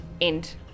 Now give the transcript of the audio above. end